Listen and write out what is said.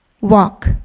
walk